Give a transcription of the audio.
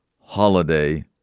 holiday